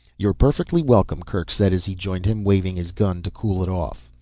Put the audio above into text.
you're perfectly welcome, kerk said as he joined him, waving his gun to cool it off.